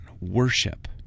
worship